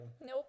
Nope